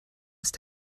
ist